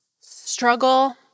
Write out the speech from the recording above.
struggle